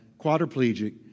quadriplegic